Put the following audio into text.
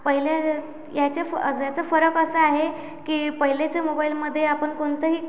पहिले याच्या फ याचं फरक असं आहे की पहिलेचे मोबाईलमध्ये आपण कोणतंही